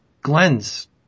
Glenn's